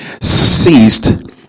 ceased